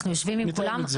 אנחנו יושבים עם כולם.